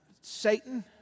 Satan